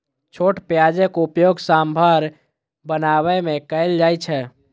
छोट प्याजक उपयोग सांभर बनाबै मे कैल जाइ छै